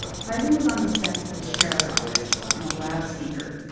cliven was on the steps of the sheriff's office on a loudspeaker,